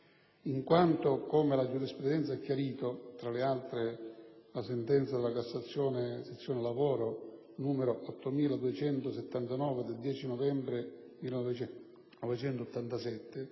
in quanto, come la giurisprudenza ha chiarito (tra le altre, la sentenza della Cassazione, sezione lavoro, n. 8279 del 10 novembre 1987),